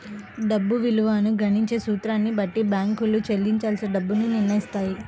డబ్బు విలువను గణించే సూత్రాన్ని బట్టి బ్యేంకులు చెల్లించాల్సిన డబ్బుని నిర్నయిత్తాయి